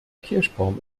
kirschbaum